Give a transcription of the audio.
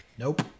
Nope